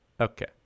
Okay